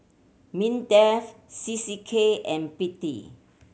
MINDEF C C K and P T